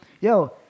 yo